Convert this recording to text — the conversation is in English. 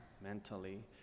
mentally